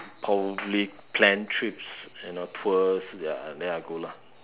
probably planned trips you know tours ya then I go lah